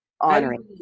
honoring